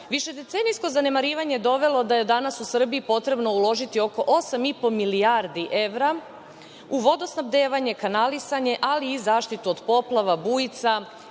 nas. Višedecenijsko zanemarivanje je dovelo da je danas u Srbiji potrebno uložiti oko 8,5 milijardi evra u vodosnabdevanje, kanalisanje, ali i zaštitu od poplava, bujica